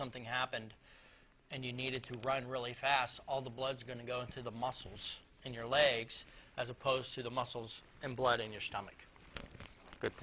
something happened and you needed to run really fast all the blood is going to go into the muscles in your legs as opposed to the muscles and blood in your stomach good